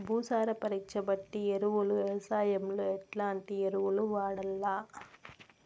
భూసార పరీక్ష బట్టి ఎరువులు వ్యవసాయంలో ఎట్లాంటి ఎరువులు వాడల్ల?